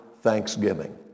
thanksgiving